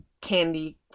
candy